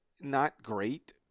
not-great—